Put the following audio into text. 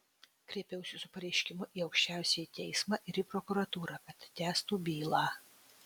kreipiausi su pareiškimu į aukščiausiąjį teismą ir į prokuratūrą kad tęstų bylą